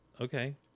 okay